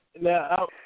Now